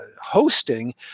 hosting